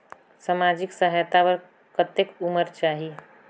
समाजिक सहायता बर करेके उमर चाही?